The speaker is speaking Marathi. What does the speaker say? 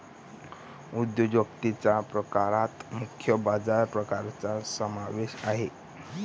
उद्योजकतेच्या प्रकारात मुख्य बारा प्रकारांचा समावेश आहे